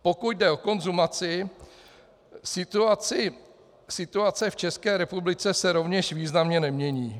Pokud jde o konzumaci, situace v České republice se rovněž významně nemění.